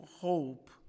hope